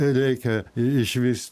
reikia išvis